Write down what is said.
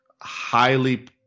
highly